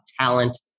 talent